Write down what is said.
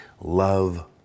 love